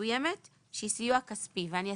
מסוימת שהיא סיוע כספי." אני אסביר.